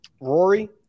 Rory